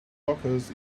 blockers